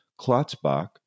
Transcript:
Klotzbach